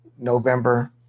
November